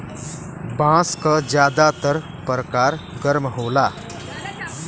बांस क जादातर परकार गर्म होला